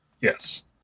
yes